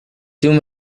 too